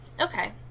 Okay